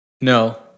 No